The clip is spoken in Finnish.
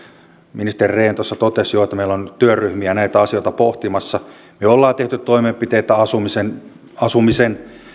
ministeri rehn tuossa jo totesi että meillä on nyt työryhmiä näitä asioita pohtimassa me olemme tehneet toimenpiteitä asumisen asumisen